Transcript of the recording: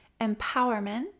empowerment